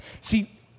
See